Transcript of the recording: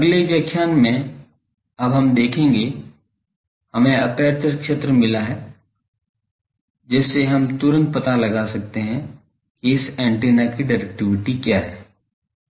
अगले व्याख्यान में अब हम देखेंगे हमें एपर्चर क्षेत्र मिला है जिससे हम तुरंत पता लगा सकते हैं कि इस एंटीना की डाइरेक्टिविटी क्या है